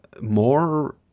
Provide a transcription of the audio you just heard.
more